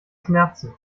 schmerzen